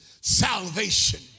salvation